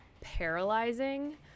paralyzing